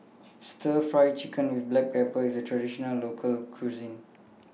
Stir Fry Chicken with Black Pepper IS A Traditional Local Cuisine